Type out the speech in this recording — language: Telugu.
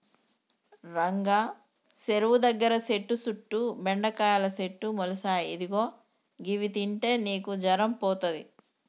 రంగా సెరువు దగ్గర సెట్టు సుట్టు బెండకాయల సెట్లు మొలిసాయి ఇదిగో గివి తింటే నీకు జరం పోతది